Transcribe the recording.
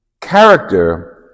character